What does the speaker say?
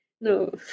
no